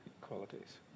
...qualities